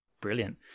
Brilliant